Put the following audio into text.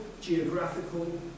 geographical